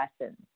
lessons